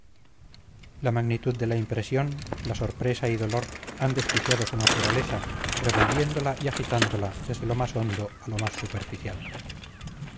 la magnitud de la impresión la sorpresa y dolor han desquiciado su naturaleza revolviéndola y agitándola desde lo más hondo a lo más superficial